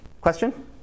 Question